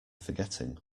forgetting